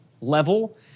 level